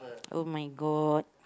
oh-my-god